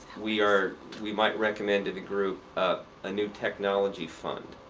we are we might recommend to the group a ah new technology fund